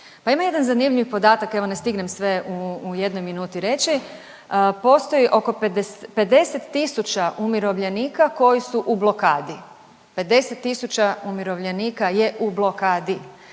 Pa ima jedan zanimljiv podatak, evo ne stignem sve u jednoj minuti reći, postoji oko 50 tisuća umirovljenika koji su u blokadi, 50 tisuća umirovljenika je u blokadi,